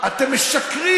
אתם משקרים.